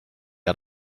out